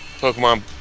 Pokemon